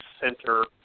center